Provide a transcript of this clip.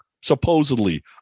supposedly